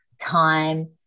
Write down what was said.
time